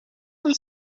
uns